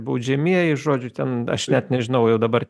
baudžiamieji žodžiu ten aš net nežinau jau dabar